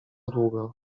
długo